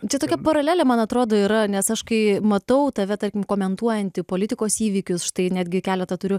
čia tokia paralelė man atrodo yra nes aš kai matau tave tarkim komentuojantį politikos įvykius štai netgi keletą turiu